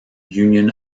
union